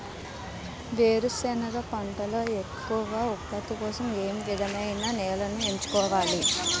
వేరుసెనగ పంటలో ఎక్కువ ఉత్పత్తి కోసం ఏ విధమైన నేలను ఎంచుకోవాలి?